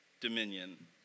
dominion